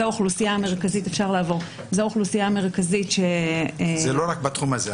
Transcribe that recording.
אלה האוכלוסיות המרכזיות ש --- זה לא רק בתחום הזה.